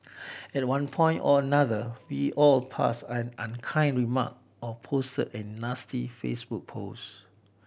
at one point or another we have all passed an unkind remark or posted a nasty Facebook post